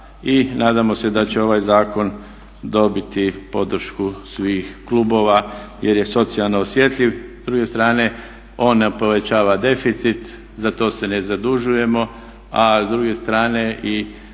i nadamo se da će ovaj zakon dobiti podršku svih klubova jer je socijalno osjetljiv. S druge strane on …/Govornik se ne razumije./… povećava deficit, za to se ne zadužujemo. A s druge strane i